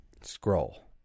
Scroll